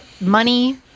money